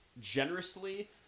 generously